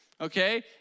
Okay